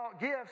gifts